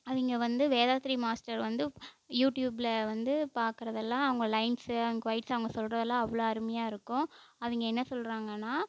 அவங்க வந்து வேதாத்ரி மாஸ்டர் வந்து யூடியூபில் வந்து பாக்கிறதெல்லாம் அவங்க லைன்ஸு அண்ட் கொயிட்ஸ் அவங்க சொல்கிறதெல்லாம் அவ்வளோ அருமையாக இருக்கும் அவங்க என்ன சொல்கிறாங்கன்னா